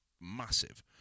massive